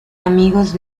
amigos